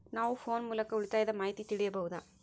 ನಾವು ಫೋನ್ ಮೂಲಕ ಉಳಿತಾಯದ ಮಾಹಿತಿ ತಿಳಿಯಬಹುದಾ?